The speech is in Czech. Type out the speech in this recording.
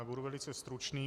Budu velice stručný.